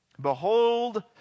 Behold